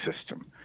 system